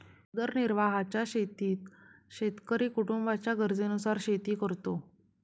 उदरनिर्वाहाच्या शेतीत शेतकरी कुटुंबाच्या गरजेनुसार शेती करतो